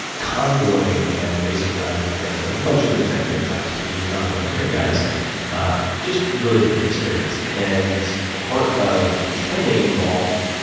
convoy and evasive driving training with a bunch of executive types these are not military guys just really for the experience. and part of the training involved